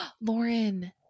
Lauren